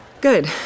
Good